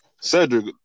Cedric